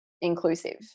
inclusive